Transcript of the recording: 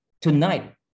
Tonight